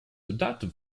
adoptive